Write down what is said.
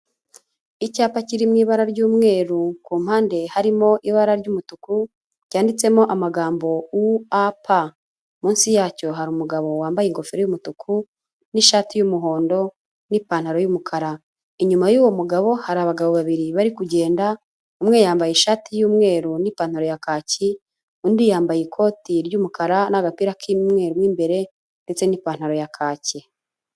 icyapa kiriho ibara ry'umweru ku mpande harimo ibara ry'umutuku ryanditsemo amagambo u a pa, munsi yacyo hari umugabo wambaye ingofero y'mutuku ,n'ishati y'umuhondo, n'ipantaro y'umukara. Inyuma y'uwo mugabo hari abagabo babiri bari kugenda umwe yambaye ishati y'umweru n'ipantaro ya kaki, undi yambaye ikoti ry'umukara n'agapira k'umweru n'imbere ndetse n'ipantaro ya kaki.